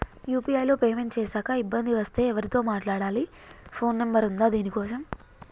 UPI లో payment చేశాక ఇబ్బంది వస్తే ఎవరితో మాట్లాడాలి? ఫోన్ నంబర్ ఉందా దీనికోసం?